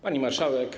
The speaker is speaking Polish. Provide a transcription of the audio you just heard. Pani Marszałek!